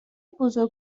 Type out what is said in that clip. بزرگ